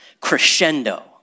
crescendo